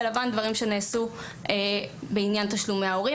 לבן דברים שנעשו בעניין תשלומי ההורים.